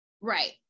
right